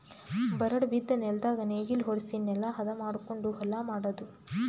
ಬರಡ್ ಬಿದ್ದ ನೆಲ್ದಾಗ ನೇಗಿಲ ಹೊಡ್ಸಿ ನೆಲಾ ಹದ ಮಾಡಕೊಂಡು ಹೊಲಾ ಮಾಡದು